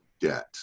debt